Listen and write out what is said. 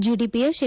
ಜಿಡಿಪಿಯ ಶೇ